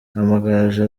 amagaju